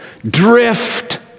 Drift